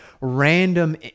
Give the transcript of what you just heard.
random